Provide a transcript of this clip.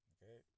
Okay